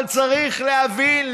אבל צריך להבין,